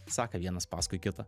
seka vienas paskui kitą